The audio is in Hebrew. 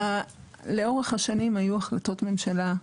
לאורך השנים היו החלטות ממשלה,